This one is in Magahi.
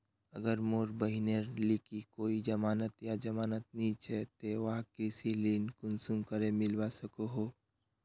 अगर मोर बहिनेर लिकी कोई जमानत या जमानत नि छे ते वाहक कृषि ऋण कुंसम करे मिलवा सको हो?